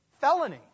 felony